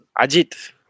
Ajit